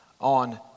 on